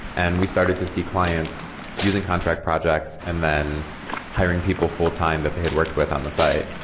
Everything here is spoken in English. and we started to see clients using contract projects and then hiring people full-time that they had worked with on the site.